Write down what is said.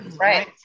Right